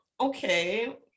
okay